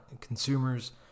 consumers